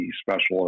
specialist